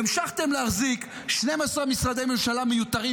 והמשכתם להחזיק 12 משרדי ממשלה מיותרים